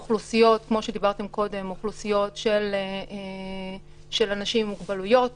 באוכלוסיות של אנשים עם מוגבלויות